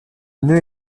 nœud